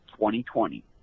2020